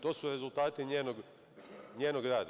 To su rezultati njenog rada.